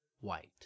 white